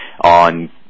on